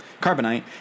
Carbonite